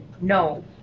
no